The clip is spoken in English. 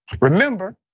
Remember